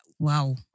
Wow